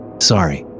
sorry